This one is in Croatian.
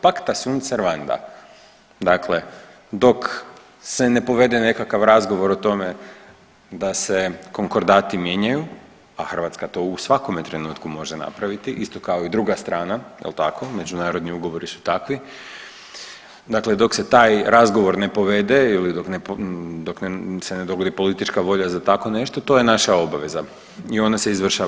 Pacta sunt servanda, dakle dok se ne povede nekakav razgovor o tome kada se konkordati mijenjaju, a Hrvatska to u svakome trenutku može napraviti isto kao i druga strana jel tako, međunarodni ugovori su takvi, dakle dok se taj razgovor ne povede ili dok se ne dogodi politička volja za tako nešto to je naša obaveza i ona se izvršava.